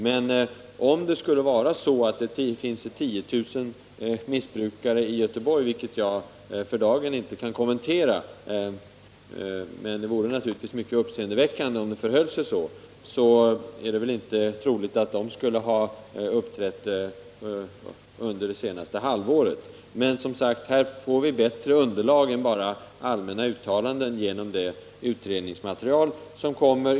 Men om det skulle vara så, att det finns 10 000 tunga missbrukare i Göteborg, vilket jag för dagen inte kan kommentera —- även om det naturligtvis vore mycket uppseendeväckande om det förhöll sig så — är det inte troligt att de skulle ha tillkommit under det senaste halvåret. Men, som sagt, vi får bättre underlag än bara allmänna uttalanden genom det utredningsmaterial som kommer.